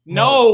no